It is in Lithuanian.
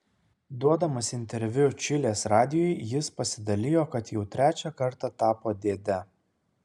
duodamas interviu čilės radijui jis pasidalijo kad jau trečią kartą tapo dėde